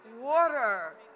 water